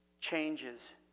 changes